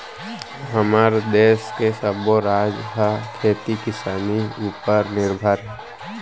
हमर देस के सब्बो राज ह खेती किसानी उपर निरभर हे